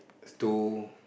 to